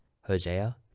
Hosea